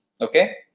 Okay